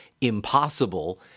impossible